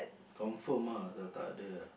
confirm ah dah takde